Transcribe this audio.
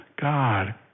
God